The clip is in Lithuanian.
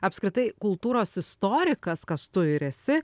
apskritai kultūros istorikas kas tu ir esi